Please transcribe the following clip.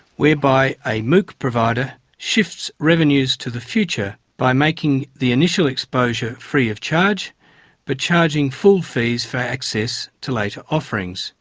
whereby a mooc provider shifts revenues to the future by making the initial exposure free-of-charge but charging full fees for access to later offerings